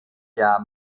der